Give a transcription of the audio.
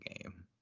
game